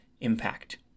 impact